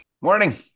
Morning